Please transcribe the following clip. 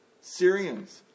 Syrians